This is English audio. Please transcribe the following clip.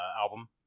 album